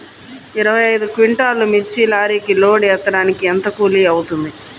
ఇరవై ఐదు క్వింటాల్లు మిర్చి లారీకి లోడ్ ఎత్తడానికి ఎంత కూలి అవుతుంది?